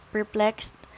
Perplexed